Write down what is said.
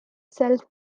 self